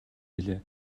билээ